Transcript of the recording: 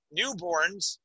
newborns